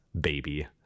baby